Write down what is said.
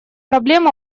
проблем